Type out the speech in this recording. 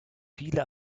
viele